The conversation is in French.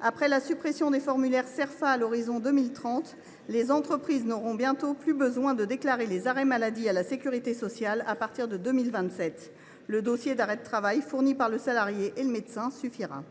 Après la suppression des formulaires Cerfa à l’horizon de 2030, les entreprises n’auront plus besoin de déclarer les arrêts maladie à la sécurité sociale à partir de 2027. Le dossier d’arrêt de travail, fourni par le salarié et le médecin, suffira.